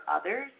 others